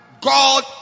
God